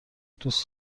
دوست